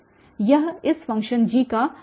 यह इस function G का प्रथम गुण है